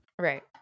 Right